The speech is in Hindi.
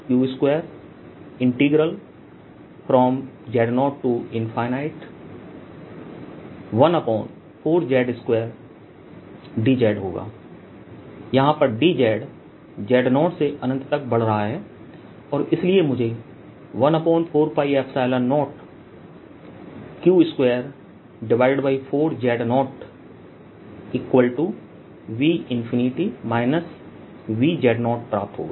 यहां पर dZ Z0 से अनंत तक बढ़ रहा है और इसलिए मुझे 14π0q24z0 V VZ0प्राप्त होगा